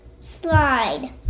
slide